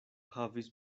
havis